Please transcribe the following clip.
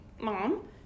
mom